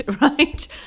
right